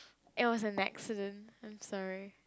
it was an accident I am sorry